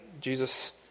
Jesus